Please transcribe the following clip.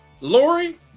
Lori